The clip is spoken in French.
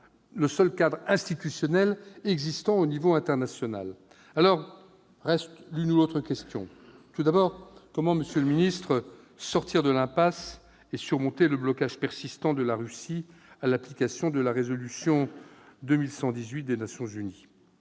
le seul cadre institutionnel existant au niveau international. Reste une question : comment, monsieur le ministre, sortir de l'impasse et surmonter le blocage persistant de la Russie à l'application de la résolution 2118 des Nations unies ?